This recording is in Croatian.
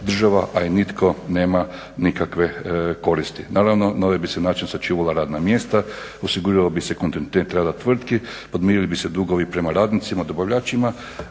a i nitko nema nikakve koristi. Naravno, na ovaj bi se način sačuvala radna mjesta, osigurao bi se kontinuitet rada tvrtki, podmirili bi se dugovi prema radnicima, dobavljačima,